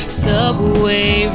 subway